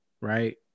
right